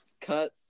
cut